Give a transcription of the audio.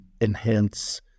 enhance